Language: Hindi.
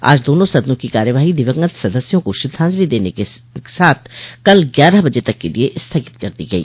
आज दोनों सदनों की कार्यवाही दिवंगत सदस्यों को श्रद्धाजंलि देने के साथ कल ग्यारह बजे तक के लिये स्थगित कर दी गई